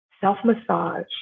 self-massage